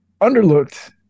underlooked